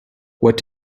what